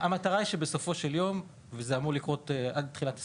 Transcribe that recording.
המטרה היא שבסופו של יום וזה אמור לקרות עד תחילת 24'